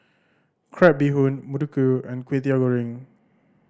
crab bee hoon muruku and Kway Teow Goreng